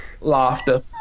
laughter